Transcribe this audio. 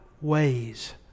ways